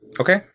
Okay